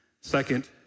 Second